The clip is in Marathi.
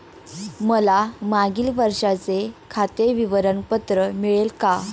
मला मागील वर्षाचे खाते विवरण पत्र मिळेल का?